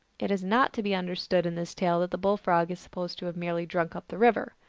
it is not to be understood, in this tale, that the bull-frog is supposed to have merely drunk up the river.